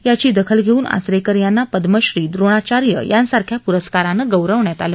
याची दाखल घेऊन आचरेकर यांना पदमश्री द्रोणाचार्य यांसारख्या प्रस्कारानं गौरवण्यात आलं